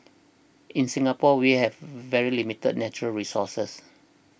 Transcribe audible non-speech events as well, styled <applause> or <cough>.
in Singapore we have <noise> very limited natural resources